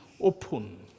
open